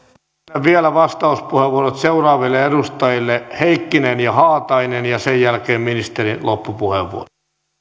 myönnän vielä vastauspuheenvuorot seuraaville edustajille heikkinen ja haatainen sen jälkeen on ministerin loppupuheenvuoro